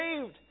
saved